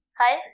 hi